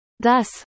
Thus